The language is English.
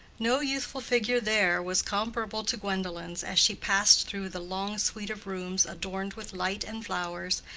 no youthful figure there was comparable to gwendolen's as she passed through the long suite of rooms adorned with light and flowers,